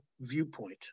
viewpoint